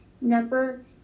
number